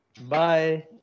Bye